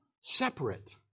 separate